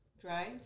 Drive